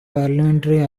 parliamentary